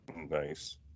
Nice